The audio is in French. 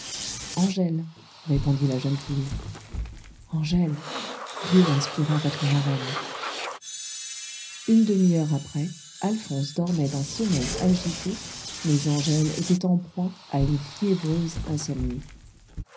angèle répondit la jeune fille angèle dieu inspira votre marraine une demi-heure après alphonse dormait d'un sommeil agité mais angèle était en proie à une fiévreuse insomnie